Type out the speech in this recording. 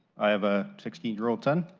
i have a sixteen year-old son,